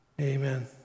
Amen